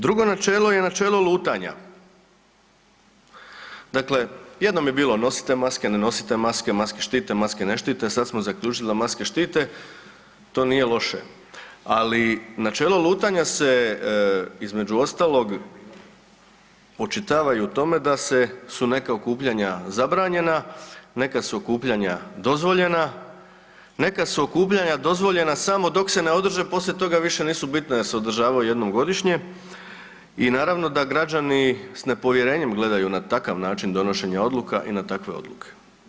Drugo načelo je načelo lutanja, dakle jednom bilo nosite maske, ne nosite maske, maske štite, maske ne štite, sada smo zaključili da maske štite, to nije loše, ali načelo lutanja se između ostalog očitava u tom da su neka okupljanja zabranjena, neka su okupljanja dozvoljena, neka su okupljanja dozvoljena samo dok se ne održe, a poslije toga više nisu bitna jer se održavaju jednom godišnje i naravno da građani s nepovjerenjem gledaju na takav način donošenja odluka i na takve odluke.